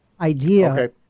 idea